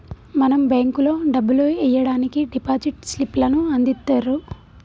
మనం బేంకులో డబ్బులు ఎయ్యడానికి డిపాజిట్ స్లిప్ లను అందిత్తుర్రు